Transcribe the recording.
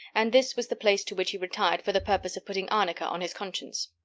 and this was the place to which he retired for the purpose of putting arnica on his conscience.